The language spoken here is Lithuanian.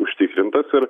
užtikrintas ir